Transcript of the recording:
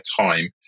time